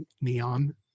Neon